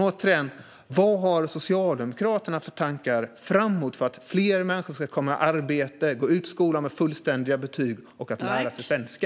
Återigen: Vad har Socialdemokraterna för tankar framåt för att fler människor ska komma i arbete, gå ut skolan med fullständiga betyg och lära sig svenska?